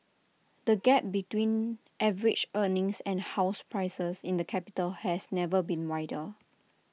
the gap between average earnings and house prices in the capital has never been wider